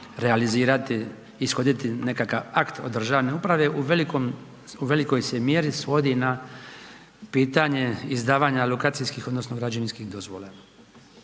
realizirati i ishoditi nekakav akt od državne uprave u velikom, velikoj se mjeri svodi na pitanje izdavanje lokacijskih odnosno građevinskih dozvola.